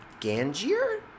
Gangier